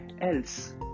else